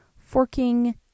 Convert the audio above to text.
forking